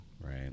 right